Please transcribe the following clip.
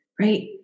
right